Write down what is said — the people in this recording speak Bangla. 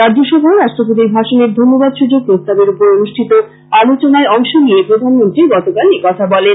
রাজ্যসভায় রাষ্ট্রপতির ভাষণের ধন্যবাদ সৃচক প্রস্তাবের ওপর অনুষ্ঠিত আলোচনায় অংশ নিয়ে প্রধানমন্ত্রী গতকাল এ কথা বলেন